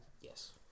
Yes